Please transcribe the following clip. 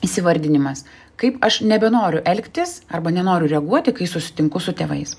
įsivardinimas kaip aš nebenoriu elgtis arba nenoriu reaguoti kai susitinku su tėvais